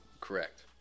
Correct